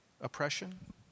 oppression